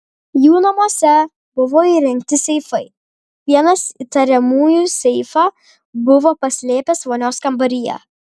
jų namuose buvo įrengti seifai vienas įtariamųjų seifą buvo paslėpęs vonios kambaryje